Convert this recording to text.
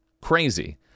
crazy